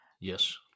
Yes